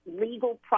legal